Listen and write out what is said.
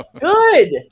good